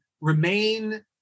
remain